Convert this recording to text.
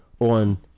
on